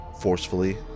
forcefully